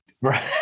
Right